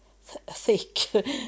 thick